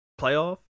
playoff